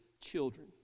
children